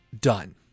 done